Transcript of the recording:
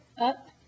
Up